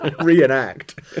Reenact